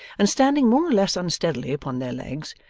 and standing more or less unsteadily upon their legs,